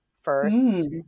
first